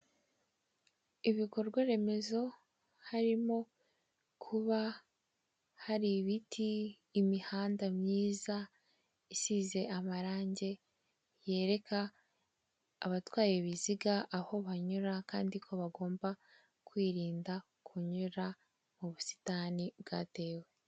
Ibikorwaremezo harimo kuba hari ibiti, imihanda myiza isize amarange yereka abatwaye ibiziga aho banyura kandi ko bagomba kwirinda kunyura mu busitani bwatewe.